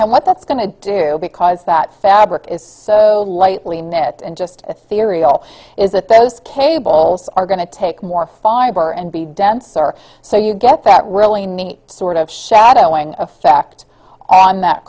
and what that's going to do because that fabric is so lightly knit and just a theory though is that those cables are going to take more fiber and be denser so you get that really neat sort of shadowing effect on that